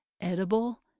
edible